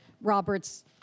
Roberts